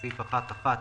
בסעיף 1, (1)